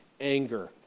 anger